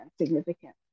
significant